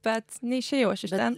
bet neišėjau aš iš ten